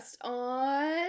on